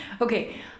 okay